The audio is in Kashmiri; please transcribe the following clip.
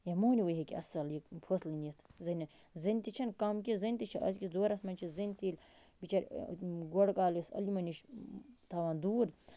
یا مٔہٕنِوٕے ہٮ۪کہِ اصٕل یہِ فٲصٕلہٕ نِتھ زٔنہِ زٔنۍ تہِ چھٕنہٕ کَم کیٚنہہ زٔنۍ تہِ چھِ أزِکِس دورَس منٛز چھِ زٔنۍ تہِ ییٚلہِ بِچٲر گۄڈٕ کال یۄس علمہٕ نِش تھاوان دوٗر